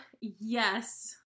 yes